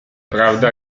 prawda